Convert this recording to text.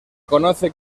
conoce